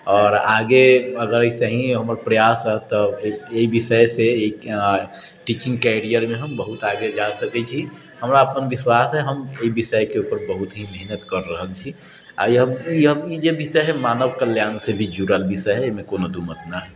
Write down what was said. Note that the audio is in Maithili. आओर आगे अगर अइसे ही हमर प्रयास रहतै एहि विषयसँ आओर टीचिङ्ग कैरियरमे हम बहुत आगे जा सकै छी हमरा अपन विश्वास अइ हम एहि विषयके उपर बहुत ही मेहनति करि रहल छी आओर ई जे विषय हइ मानव कल्याणसँ भी जुड़ल विषय हइ एहिमे कोनो दू मत नहि हइ